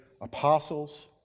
apostles